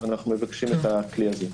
אנחנו מבקשים את הכלי הזה.